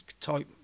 type